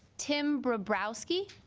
timbre ah brows key